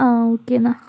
ആഹ് okay എന്നാൽ